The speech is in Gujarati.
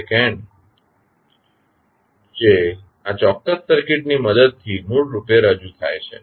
જે આ ચોક્ક્સ સર્કિટની મદદથી મૂળ રૂપે રજૂ થાય છે